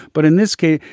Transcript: but in this case,